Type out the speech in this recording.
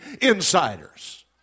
insiders